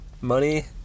money